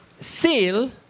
seal